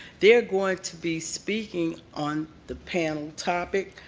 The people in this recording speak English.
they're going to be speaking on the panel topic,